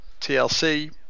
TLC